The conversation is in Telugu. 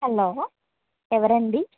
హలో ఎవరండి